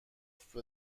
قفل